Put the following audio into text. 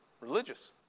Religious